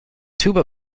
tuba